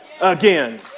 again